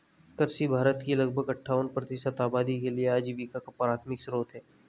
कृषि भारत की लगभग अट्ठावन प्रतिशत आबादी के लिए आजीविका का प्राथमिक स्रोत है